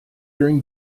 during